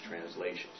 translations